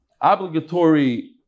obligatory